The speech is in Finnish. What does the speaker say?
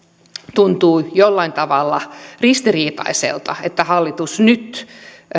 tuntuu jollain tavalla ristiriitaiselta että hallitus nyt